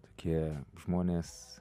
tokie žmonės